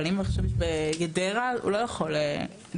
אבל אם עכשיו יש אירוע בגדרה הוא לא יכול להתערב,